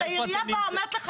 העירייה באה ואומרת לך,